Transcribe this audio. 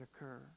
occur